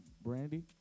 Brandy